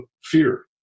fear